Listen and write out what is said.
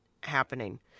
happening